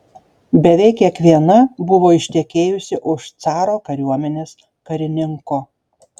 beveik kiekviena buvo ištekėjusi už caro kariuomenės karininko